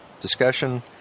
discussion